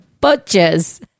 butchers